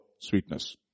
sweetness